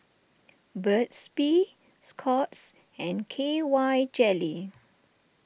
Burt's Bee Scott's and K Y Jelly